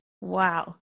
Wow